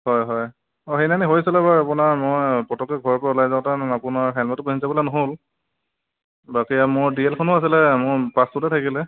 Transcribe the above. হয় হয় অঁ সিদিনাখনে হৈছিলে বাৰু আপোনাৰ মোৰ পতককৈ ঘৰৰপৰা ওলাই যাওঁতে আপোনাৰ হেলমেটটো পিন্ধি যাবলৈ ন'হল বাকী আৰু মোৰ ডি এলখনো আছিলে মোৰ পাৰ্চটোতে থাকিলে